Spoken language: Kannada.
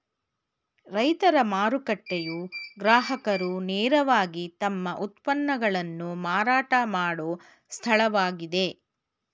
ರೈತರ ಮಾರುಕಟ್ಟೆಯು ಗ್ರಾಹಕರು ನೇರವಾಗಿ ತಮ್ಮ ಉತ್ಪನ್ನಗಳನ್ನು ಮಾರಾಟ ಮಾಡೋ ಸ್ಥಳವಾಗಿದೆ